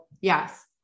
yes